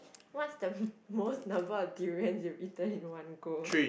what's the m~ most number of durians you've eaten in one go